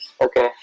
okay